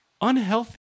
unhealthy